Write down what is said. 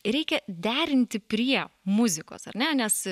reikia derinti prie muzikos ar ne nes